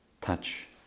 touch